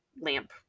lamp